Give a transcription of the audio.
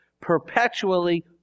perpetually